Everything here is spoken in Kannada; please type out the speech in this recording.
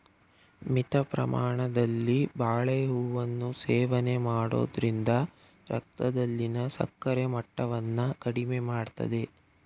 ಮಿತ ಪ್ರಮಾಣದಲ್ಲಿ ಬಾಳೆಹೂವನ್ನು ಸೇವನೆ ಮಾಡೋದ್ರಿಂದ ರಕ್ತದಲ್ಲಿನ ಸಕ್ಕರೆ ಮಟ್ಟವನ್ನ ಕಡಿಮೆ ಮಾಡ್ತದೆ